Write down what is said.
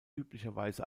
üblicherweise